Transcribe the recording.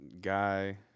guy